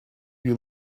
you